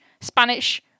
Spanish